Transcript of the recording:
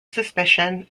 suspicion